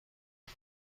قدر